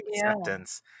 acceptance